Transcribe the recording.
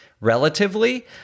relatively